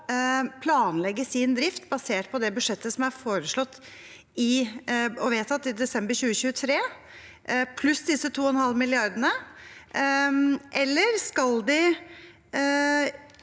planlegge sin drift basert på det budsjettet som er foreslått og vedtatt i desember 2022, pluss disse 2,5 mrd. kr, eller skal de